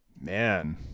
Man